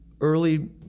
early